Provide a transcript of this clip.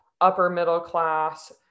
upper-middle-class